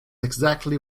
exactly